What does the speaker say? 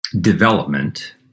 development